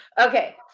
okay